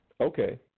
Okay